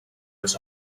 was